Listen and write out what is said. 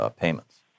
payments